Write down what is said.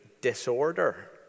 disorder